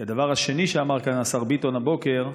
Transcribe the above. כי הדבר השני שאמר כאן השר ביטון הבוקר,